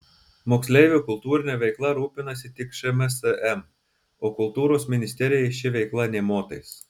moksleivių kultūrine veikla rūpinasi tik šmsm o kultūros ministerijai ši veikla nė motais